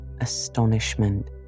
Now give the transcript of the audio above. astonishment